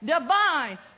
divine